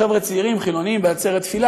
חבר'ה צעירים חילונים בעצרת תפילה,